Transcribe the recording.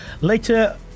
Later